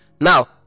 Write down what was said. Now